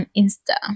insta